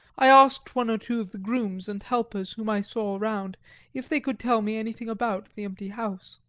i asked one or two of the grooms and helpers whom i saw around if they could tell me anything about the empty house.